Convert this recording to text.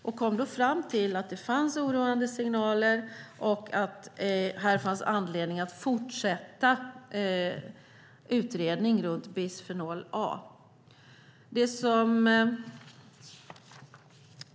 Man kom fram till att det fanns oroande signaler och att det fanns anledning att fortsätta utredningen om bisfenol A.